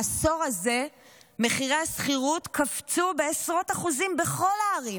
בעשור הזה מחירי השכירות קפצו בעשרות אחוזים בכל הערים,